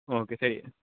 okay சரி